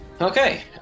Okay